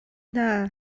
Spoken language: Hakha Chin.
hna